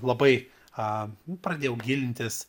labai a pradėjau gilintis